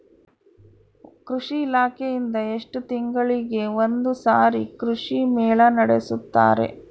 ಕೃಷಿ ಇಲಾಖೆಯಿಂದ ಎಷ್ಟು ತಿಂಗಳಿಗೆ ಒಂದುಸಾರಿ ಕೃಷಿ ಮೇಳ ನಡೆಸುತ್ತಾರೆ?